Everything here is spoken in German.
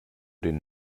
den